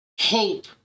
hope